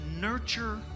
nurture